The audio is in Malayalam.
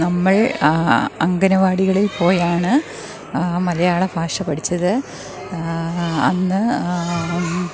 നമ്മള് അങ്കണവാടികളില് പോയാണ് മലയാള ഭാഷ പഠിച്ചത് അന്ന്